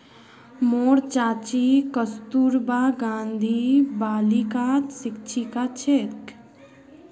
मोर चाची कस्तूरबा गांधी बालिकात शिक्षिका छेक